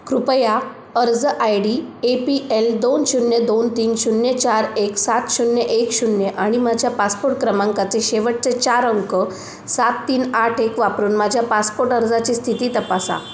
कृपया अर्ज I D A P L दोन शून्य दोन तीन शून्य चार एक सात शून्य एक शून्य आणि माझ्या पासपोट क्रमांकाचे शेवटचे चार अंक सात तीन आठ एक वापरून माझ्या पासपोट अर्जाची स्थिती तपासा